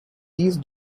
these